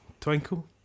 Twinkle